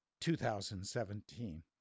2017